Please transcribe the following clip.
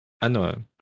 ano